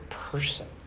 person